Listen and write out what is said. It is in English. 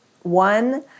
one